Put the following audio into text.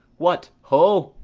what, ho!